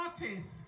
artists